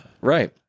Right